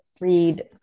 read